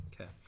Okay